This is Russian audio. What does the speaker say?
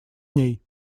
ней